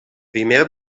primer